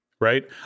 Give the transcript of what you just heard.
right